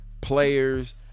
players